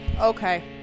Okay